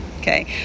okay